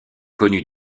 connus